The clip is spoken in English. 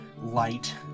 light